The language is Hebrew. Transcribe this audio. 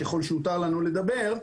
ככל שהותר לנו לדבר,